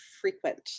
frequent